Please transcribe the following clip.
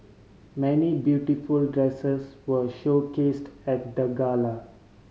many beautiful dresses were showcased at the gala